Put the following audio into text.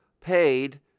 paid